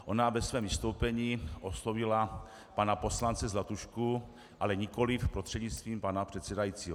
Ona ve svém vystoupení oslovila pana poslance Zlatušku, ale nikoli prostřednictvím pana předsedajícího.